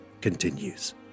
continues